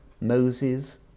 Moses